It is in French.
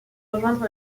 rejoindre